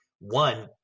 one